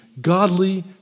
godly